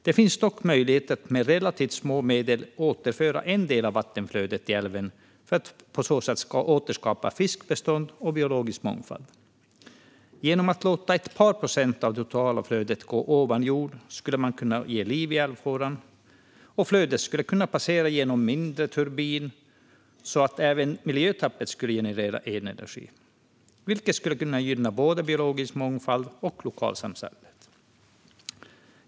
Här finns möjlighet att med relativt små medel återföra en del av vattenflödet i älven för att på så sätt återskapa fiskbeståndet och biologisk mångfald. Genom att låta ett par procent av det totala flödet gå ovan jord skulle man kunna ge liv åt älvfåran, och flödet skulle kunna passera genom en mindre turbin så att även miljötappet genererade energi. Detta skulle gynna både den biologiska mångfalden och lokalsamhället.